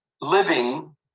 living